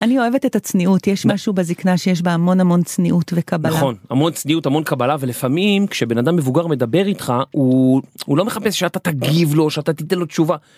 אני אוהבת את הצניעות יש משהו בזקנה שיש בה המון המון צניעות וקבלה המון צניעות המון קבלה ולפעמים כשבן אדם מבוגר מדבר איתך הוא הוא לא מחפש שאתה תגיב לו שאתה תתן לו תשובה.